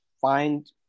find